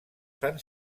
fan